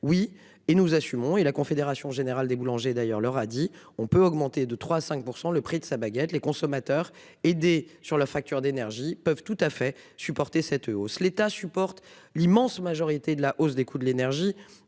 Oui et nous assumons et la Confédération générale des boulangers d'ailleurs leur a dit, on peut augmenter de 3 5 %. Le prix de sa baguette, les consommateurs et des sur la facture d'énergie peuvent tout à fait supporter cette hausse l'État supporte l'immense majorité de la hausse des coûts de l'énergie